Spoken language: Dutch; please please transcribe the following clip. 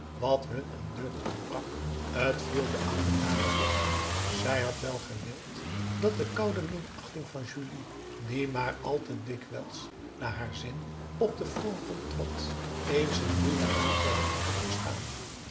wat hun aan deugd ontbrak t viel de oude dame tegen zij had wel gewild dat de koude minachting van julie die maar al te dikwijls naar haar zin op den voorgrond trad eens n ruwen aanval had moeten doorstaan